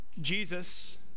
Jesus